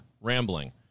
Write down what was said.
rambling